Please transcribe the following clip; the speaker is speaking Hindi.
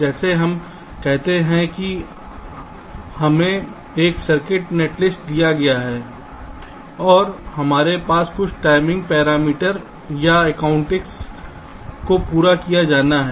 जैसे हम कहते हैं कि हमें एक सर्किट नेटलिस्ट दिया गया है और हमारे पास कुछ टाइमिंग पैरामीटर या अकॉस्टिक्स को पूरा किया जाना है